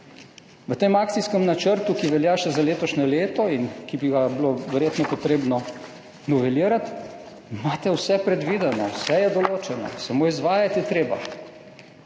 V tem akcijskem načrtu, ki velja še za letošnje leto in ki bi ga bilo verjetno treba novelirati, imate vse predvideno, vse je določeno, samo izvajati je treba.